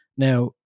Now